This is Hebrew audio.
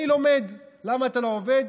אני לומד, למה אתה לא עובד?